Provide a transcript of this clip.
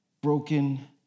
broken